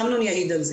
אמנון יעיד על זה.